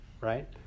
right